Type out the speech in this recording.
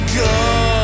go